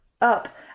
up